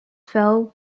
fell